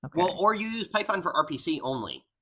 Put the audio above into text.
ah well, or use python for rpc only.